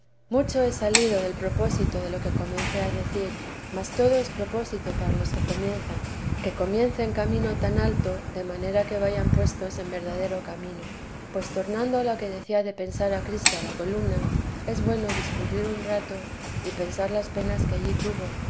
mucho lie salido del propósito de lo que comencé a decir mas todo es propósito para los que comienzan que comiencen camino tan alto de manera que vayan puestos en verdadero camino pues tornando a lo que decía de pensar a cristo a la columna es bueno discurrir un rato y pensar las penas que allí tuvo